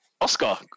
Oscar